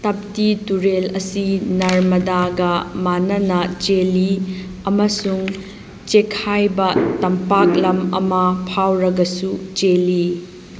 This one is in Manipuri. ꯇꯥꯞꯇꯤ ꯇꯨꯔꯦꯜ ꯑꯁꯤ ꯅꯔꯃꯗꯥꯒ ꯃꯥꯟꯅꯅ ꯆꯦꯜꯂꯤ ꯑꯃꯁꯨꯡ ꯆꯦꯛꯈꯥꯏꯕ ꯇꯝꯄꯥꯛꯂꯝ ꯑꯃ ꯐꯥꯎꯔꯒꯁꯨ ꯆꯦꯜꯂꯤ